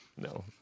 No